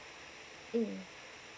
mm